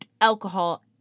alcohol